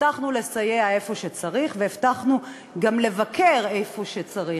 הבטחנו לסייע איפה שצריך והבטחנו גם לבקר איפה שצריך.